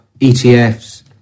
ETFs